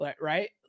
right